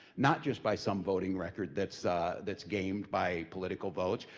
not just by some voting record that's that's gamed by political votes,